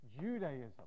Judaism